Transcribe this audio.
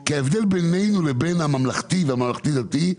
כי ההבדל בינינו לבין הממלכתי והממלכתי דתי,